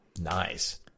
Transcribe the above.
Nice